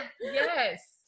Yes